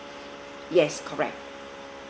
yes correct